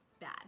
bad